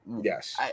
Yes